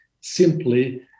simply